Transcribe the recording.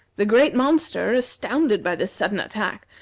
the great monster, astounded by this sudden attack,